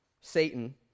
Satan